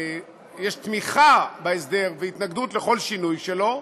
יש תמיכה בהסדר והתנגדות לכל שינוי שלו,